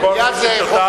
לכל מי ששותף,